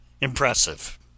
impressive